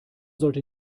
sollte